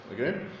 okay